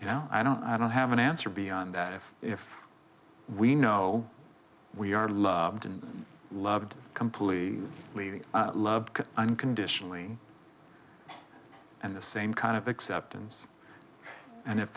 know i don't i don't have an answer beyond that if if we know we are loved and loved completely leaving loved unconditionally and the same kind of acceptance and if